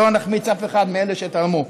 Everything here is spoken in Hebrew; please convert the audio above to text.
שלא נחמיץ אף אחד מאלה שתרמו.